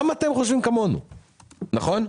נכון?